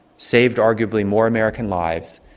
saved arguably more american lives,